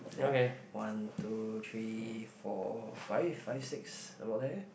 one two three four five five six about there